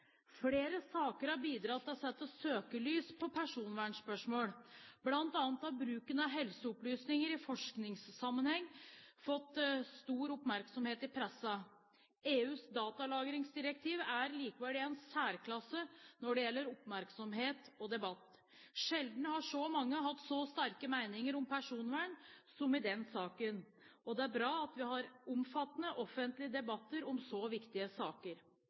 Flere saker har bidratt til å sette søkelys på personvernspørsmål. Blant annet har bruken av helseopplysninger i forskningssammenheng fått stor oppmerksomhet i pressen. EUs datalagringsdirektiv er likevel i en særklasse når det gjelder oppmerksomhet og debatt. Sjelden har så mange hatt så sterke meninger om personvern som i den saken, og det er bra at vi har omfattende, offentlig debatt om så viktige saker.